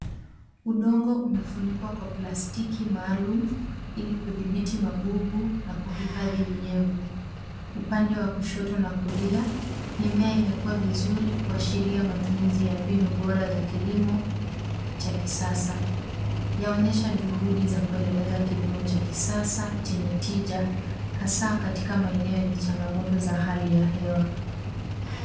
Udongo umefunikwa kwa plastiki maalum ili kudhibiti magugu na kuhifadhi unyevu. Upande wa kushoto na kulia, mimea imekua vizuri kuashiria matumizi ya mbinu bora za kilimo cha kisasa. Yaonyesha juhudi za kuendeleza kilimo cha kisasa chenye tija, hasaa katika maeneo enye changamoto za hali ya hewa.